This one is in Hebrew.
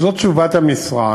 זאת תשובת המשרד.